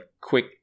quick